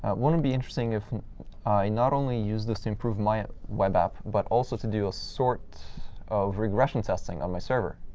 wouldn't it be interesting if i not only used this to improve my web app but also to do a sort of regression testing on my server?